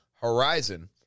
Horizon